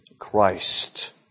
Christ